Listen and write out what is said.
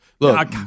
Look